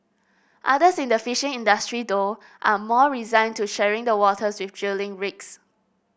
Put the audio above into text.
others in the fishing industry though are more resigned to sharing the waters with drilling rigs